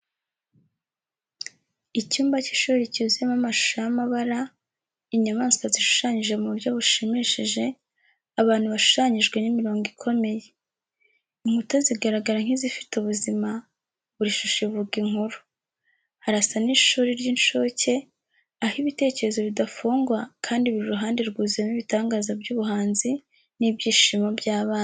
Icyumba cy'ishuri cyuzuyemo amashusho y’amabara, inyamaswa zishushanyije mu buryo bushimishije, abantu bashushanyijwe n’imirongo ikomeye. Inkuta zigaragara nk’izifite ubuzima, buri shusho ivuga inkuru. Harasa n'ishuri ry’incuke, aho ibitekerezo bidafungwa kandi buri ruhande rwuzuyemo ibitangaza by’ubuhanzi n’ibyishimo by’abana.